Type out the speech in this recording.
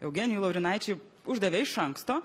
eugenijui laurinaičiui uždavė iš anksto